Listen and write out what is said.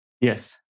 Yes